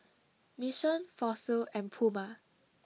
mission fossil and puma